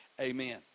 amen